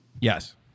Yes